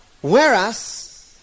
Whereas